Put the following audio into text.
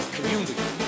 Community